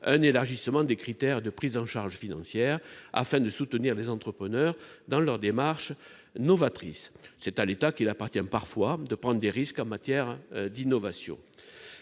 un élargissement des critères de prise en charge financière, afin de soutenir les entrepreneurs dans leur démarche novatrice. C'est à l'État qu'il appartient parfois de prendre des risques en matière d'innovation.